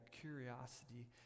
curiosity